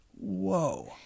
whoa